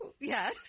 Yes